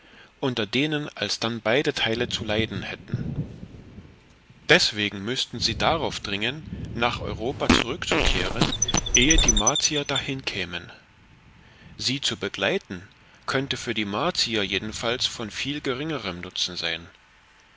unter denen alsdann beide teile zu leiden hätten deswegen müßten sie darauf dringen nach europa zurückzukehren ehe die martier dahin kämen sie zu begleiten könnte für die martier jedenfalls von viel geringerem nutzen sein